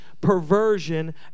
perversion